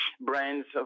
brands